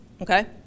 Okay